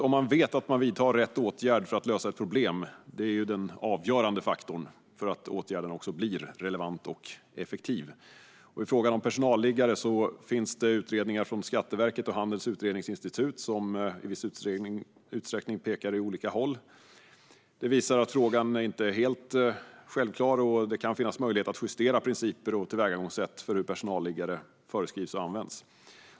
Om man vet att man vidtar rätt åtgärd för att lösa ett problem är den avgörande faktorn att åtgärden också blir relevant och effektiv. I frågan om personalliggare finns utredningar från Skatteverket och Handelns utredningsinstitut som i viss utsträckning pekar åt olika håll. De visar att frågan inte är helt självklar, och det kan finnas möjlighet att justera principer och tillvägagångssätt för hur personalliggare föreskrivs och används.